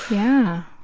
yeah.